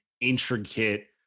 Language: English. intricate